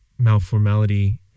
malformality